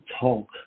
talk